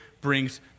brings